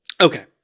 Okay